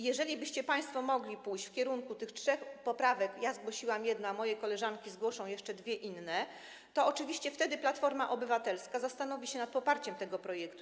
Jeżeli moglibyście państwo pójść w kierunku tych trzech poprawek - ja zgłosiłam jedną, a moje koleżanki zgłoszą jeszcze dwie inne - to oczywiście wtedy Platforma Obywatelska zastanowi się nad poparciem tego projektu.